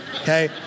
Okay